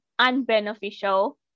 unbeneficial